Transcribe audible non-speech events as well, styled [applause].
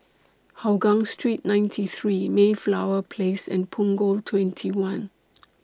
Hougang Street ninety three Mayflower Place and Punggol twenty one [noise]